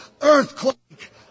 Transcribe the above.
earthquake